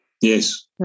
Yes